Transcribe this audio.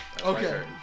Okay